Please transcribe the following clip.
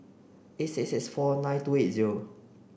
eight six six four nine two eight zero